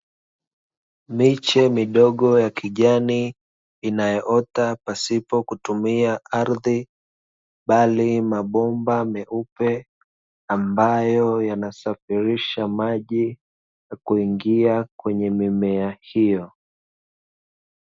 Mishe midogo ya kijani, inayoota pasipo kutumia ardhi, bali mabomba meupe ambayo yanasafirisha maji kuingia kwenye mimea hiyo.